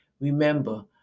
Remember